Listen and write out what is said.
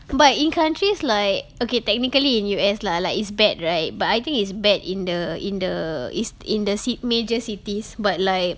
but in countries like okay technically in U_S lah like it's bad right but I think it's bad in the in the is in the ci~ major cities but like